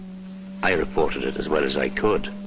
i reported it as well as i could,